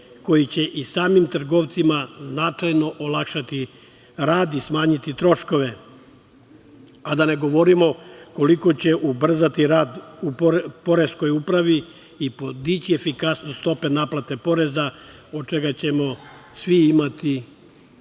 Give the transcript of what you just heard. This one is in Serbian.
koji će i samim trgovcima značajno olakšati rad i smanjiti troškove, a da ne govorimo koliko će ubrzati rad poreskoj upravi i podići efikasnost stope naplate poreza, od čega ćemo svi imati koristi.U